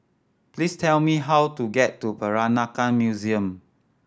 please tell me how to get to Peranakan Museum